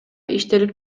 иштелип